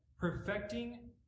perfecting